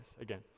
Again